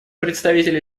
представителей